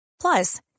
Plus